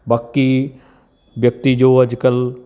ਬਾਕੀ ਵਿਅਕਤੀ ਜੋ ਅੱਜ ਕੱਲ੍ਹ